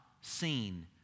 seen